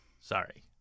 Sorry